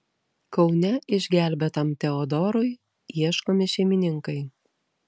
kaune išgelbėtam teodorui ieškomi šeimininkai